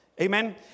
Amen